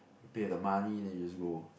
pay the money then you just go